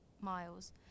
miles